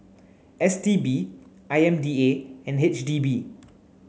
S T B I M D A and H D B